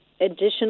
additional